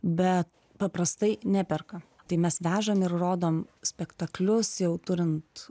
bet paprastai neperka tai mes vežam ir rodom spektaklius jau turint